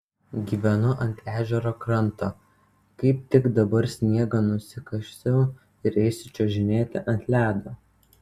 gyvenu ant ežero kranto kaip tik dabar sniegą nusikasiau ir eisiu čiuožinėti ant ledo